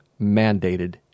mandated